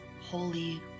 Holy